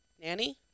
nanny